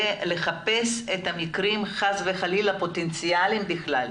ולחפש את המקרים חס וחלילה הפוטנציאליים בכלל,